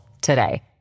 today